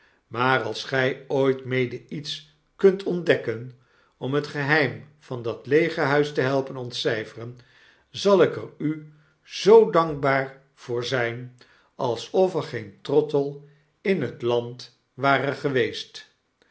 maar als gij ooit mede iets kunt ontdekken om het geheim van dat leege huis te helpen ontcyferen zal ik er u zoodankbaar voor zp alsof er geen trottle in het land ware geweest